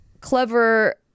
clever